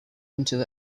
into